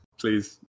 please